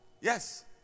Yes